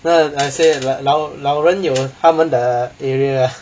ya I say 老老人有他们的 area